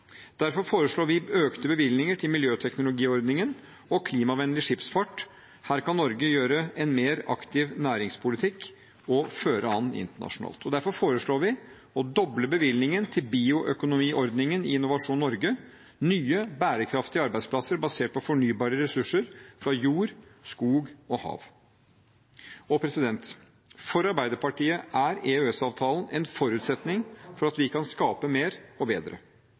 Derfor foreslår vi økte bevilgninger til miljøteknologiordningen og til klimavennlig skipsfart. Her kan Norge gjennom en mer aktiv næringspolitikk føre an internasjonalt. Derfor foreslår vi å doble bevilgningen til Bioøkonomiordningen i Innovasjon Norge – nye bærekraftige arbeidsplasser basert på fornybare ressurser fra jord, skog og hav. For Arbeiderpartiet er EØS-avtalen en forutsetning for at vi kan skape mer og bedre.